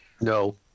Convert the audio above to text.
No